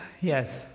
yes